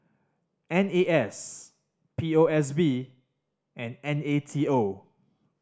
N A S P O S B and N A T O